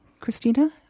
Christina